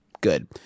Good